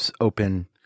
open